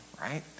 right